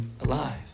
alive